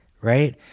right